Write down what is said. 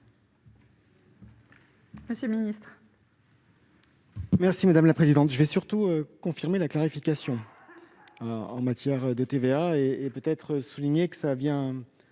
monsieur le ministre,